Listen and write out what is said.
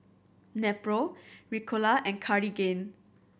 Nepro Ricola and Cartigain